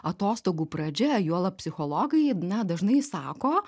atostogų pradžia juolab psichologai na dažnai sako